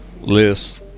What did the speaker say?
list